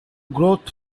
growth